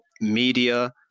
media